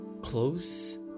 close